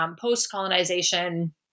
post-colonization